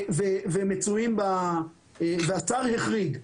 והשר החריג.